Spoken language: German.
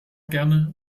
gerne